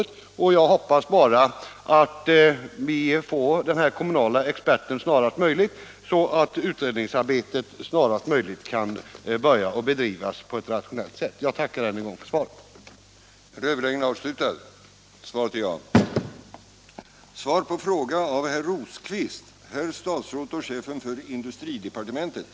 Jag hoppas bara att den kommunala experten tillsätts snabbt, så att utredningsarbetet snarast möjligt kan börja bedrivas på ett rationellt sätt. Jag tackar än en gång för svaret på min fråga.